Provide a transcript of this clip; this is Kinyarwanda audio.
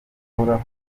uhoraho